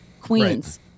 Queens